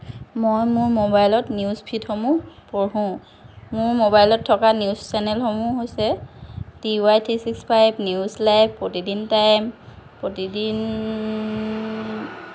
মই মোৰ মোবাইলত নিউজ ফিডসমূহ পঢ়োঁ মোৰ মোবাইলত থকা নিউজ চেনেলসমূহ হৈছে D Y three six five news live প্ৰতিদিন টাইম প্ৰতিদিন